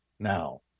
Now